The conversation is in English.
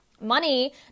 Money